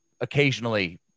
occasionally